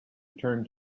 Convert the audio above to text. turned